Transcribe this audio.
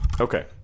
Okay